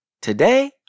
Today